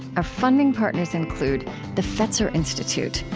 our funding partners include the fetzer institute,